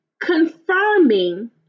confirming